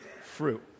fruit